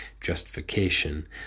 justification